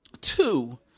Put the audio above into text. Two